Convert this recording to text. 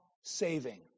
saving